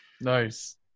nice